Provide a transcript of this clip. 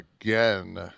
again